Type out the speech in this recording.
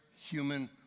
human